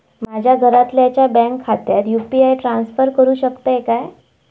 माझ्या घरातल्याच्या बँक खात्यात यू.पी.आय ट्रान्स्फर करुक शकतय काय?